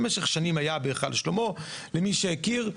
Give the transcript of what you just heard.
במשך שנים היה בהיכל שלמה, למי שהכיר,